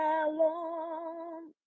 alone